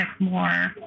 more